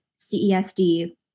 CESD